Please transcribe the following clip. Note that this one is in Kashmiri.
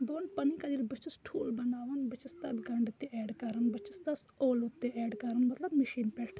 بہٕ وَنہٕ پَنٕنۍ کتھ ییٚلہِ بہٕ چھس ٹھول بَناوان بہٕ چھس تَتھ گَنٛڈٕ تہِ ایٚڈ کَران بہٕ چھس تَتھ ٲلوٕ تہِ ایٚڈ کَران مَطلَب مِشینہِ پٮ۪ٹھ